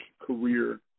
career